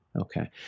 Okay